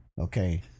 Okay